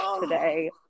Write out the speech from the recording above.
today